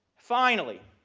finally,